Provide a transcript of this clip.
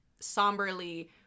somberly